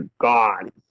God